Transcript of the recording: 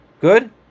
Good